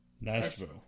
Nashville